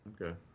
Okay